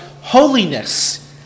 holiness